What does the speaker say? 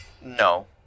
No